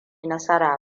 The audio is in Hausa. nasara